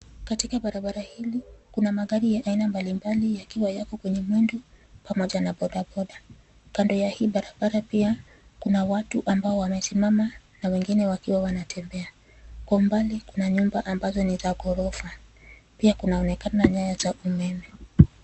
Katika barabara hii kuna magari ya aina mbalimbali yakiwa yako kwenye mwendo pamoja na bodaboda. Kando ya barabara hii kuna watu wakiwa wamesimama na wengine wakitembea. Kwa umbali kuna nyumba ambazo ni za ghorofa. Pia kunaonekana nyaya za umeme.